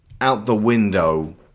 out-the-window